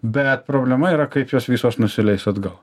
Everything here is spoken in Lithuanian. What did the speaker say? bet problema yra kaip jos visos nusileis atgal